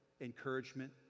encouragement